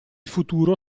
futuro